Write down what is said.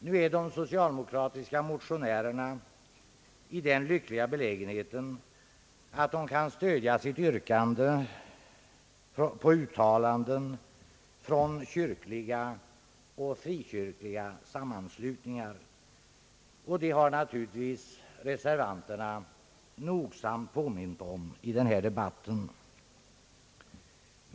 Nu är de socialdemokratiska motionärerna i den lyckliga belägenheten att de kan stödja sitt yrkande på uttalanden från kyrkliga och frikyrkliga sammanslutningar, och det har naturligtvis reservanterna nogsamt påmint om i denna debatt.